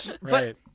Right